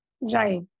Right